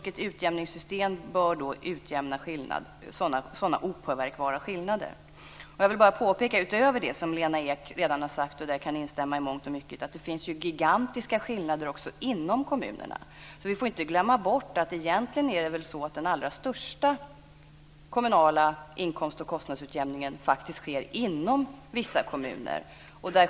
Ett utjämningssystem bör då utjämna sådana opåverkbara skillnader. Jag vill bara påpeka att det, utöver det som Lena Ek redan har sagt, varav jag kan instämma i mångt och mycket, finns gigantiska skillnader också inom kommunerna. Vi får inte glömma bort att det egentligen är så att den allra största kommunala inkomstoch kostnadsutjämningen faktiskt sker inom vissa kommuner.